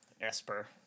Esper